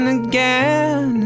again